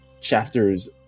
chapters